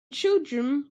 children